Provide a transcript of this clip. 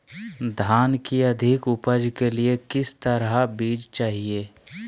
धान की अधिक उपज के लिए किस तरह बीज चाहिए?